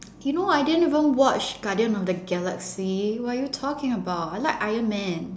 you know I didn't even watch guardian of the galaxy what are you talking about I like iron man